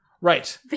right